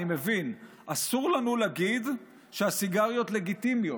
אני מבין: אסור לנו להגיד שהסיגריות לגיטימיות,